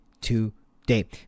today